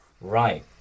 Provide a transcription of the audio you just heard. Right